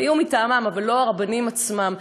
היו מטעמם, אבל לא הרבנים עצמם.